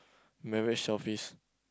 marriage office